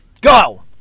Go